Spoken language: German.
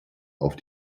auf